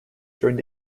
during